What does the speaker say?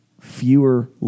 fewer